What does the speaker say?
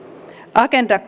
agenda